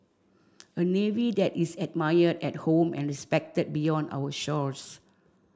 a navy that is admired at home and respected beyond our shores